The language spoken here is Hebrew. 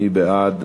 מי בעד?